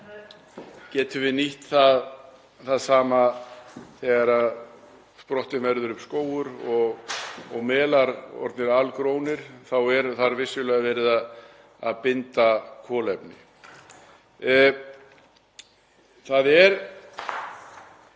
getum við nýtt það sama þegar sprottinn verður upp skógur og melar orðnir algrónir, þá er þar vissulega verið að binda kolefni. Það eru